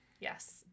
yes